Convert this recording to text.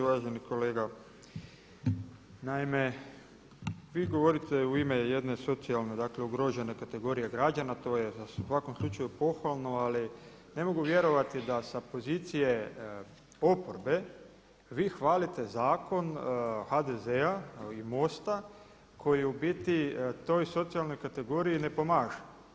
Uvaženi kolega naime vi govorite u ime jedne socijalne dakle ugrožene kategorije građana, to je u svakom slučaju pohvalno ali ne mogu vjerovati da sa pozicije oporbe vi hvalite zakon HDZ-a i MOST-a koji u biti toj socijalnoj kategoriji ne pomaže.